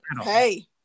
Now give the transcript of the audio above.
Hey